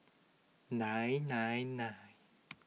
nine nine nine